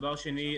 דבר שני,